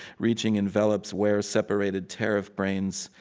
reaching envelops where-separated tariff brains,